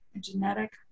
genetic